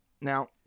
now